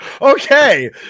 Okay